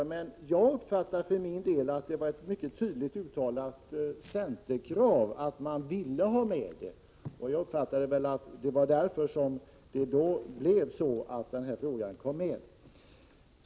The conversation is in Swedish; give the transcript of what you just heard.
För min del uppfattade jag det som ett mycket tydligt uttalat centerkrav att ha med den. Det var enligt min mening därför som den kJ här frågan kom med.